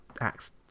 acts